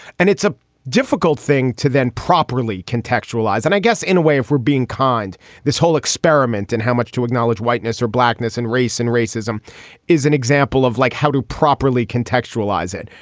and it's a difficult thing to then properly contextualize and i guess in a way if we're being kind this whole experiment and how much to acknowledge whiteness or blackness and race and racism is an example of like how to properly contextualize it.